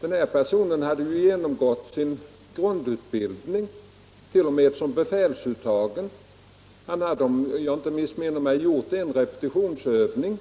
den här personen hade genomgått sin grundutbildning, t.o.m. som befälsuttagen. Han hade, om jag inte missminner mig, gjort en repetitionsövning.